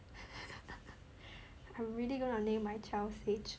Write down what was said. I'm really gonna name my child sage